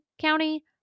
County